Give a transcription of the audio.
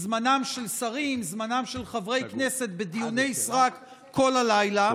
זמנם של שרים וזמנם של חברי הכנסת בדיוני סרק כל הלילה,